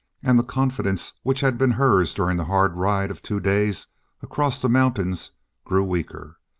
and the confidence which had been hers during the hard ride of two days across the mountains grew weaker.